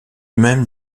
même